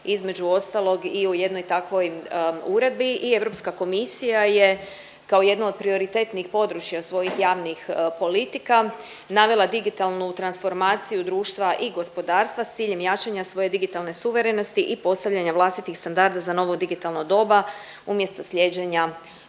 između ostalog i o jednoj takvoj uredbi i Europska komisija je kao jedno od prioritetnih područja svojih javnih politika navela digitalnu transformaciju društva i gospodarstva s ciljem jačanja svoje digitalne suverenosti i postavljanje vlastitih standarda za novo digitalno doba umjesto slijeđenja